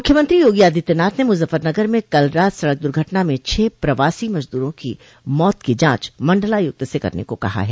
मुख्यमंत्री योगी आदित्यनाथ ने मुजफ्फरनगर में कल रात सड़क द्र्घटना में छह प्रवासी मजदूरों की मौत की जांच मंडलायुक्त से करने को कहा है